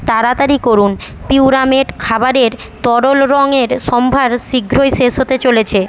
তাড়াতাড়ি করুন পিউরামেট খাবারের তরল রংয়ের সম্ভার শীঘ্রই শেষ হতে চলেছে